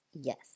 Yes